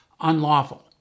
unlawful